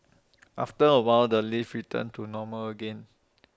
after A while the lift returned to normal again